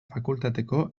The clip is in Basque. fakultateko